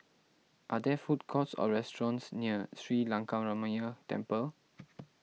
are there food courts or restaurants near Sri Lankaramaya Temple